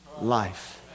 life